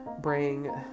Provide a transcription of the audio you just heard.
bring